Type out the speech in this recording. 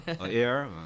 air